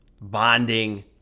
bonding